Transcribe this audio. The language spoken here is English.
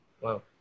Wow